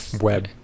web